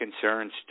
concerns